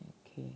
okay